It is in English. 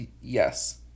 Yes